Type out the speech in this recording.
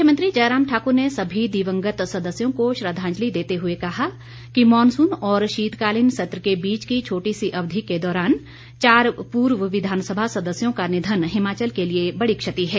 मुख्यमंत्री जयराम ठाकुर ने सभी दिवंगत सदस्यों को श्रद्वांजलि देते हुए कहा कि मॉनसून और शीतकालीन सत्र के बीच की छोटी सी अवधि के दौरान चार पूर्व विधानसभा सदस्यों का निधन हिमाचल के लिए बड़ी क्षति है